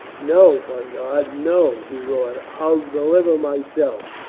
no, by god, no! he roared. i'll deliver myself.